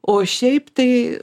o šiaip tai